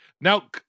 Now